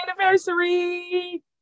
anniversary